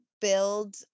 build